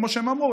כמו שהם אמרו,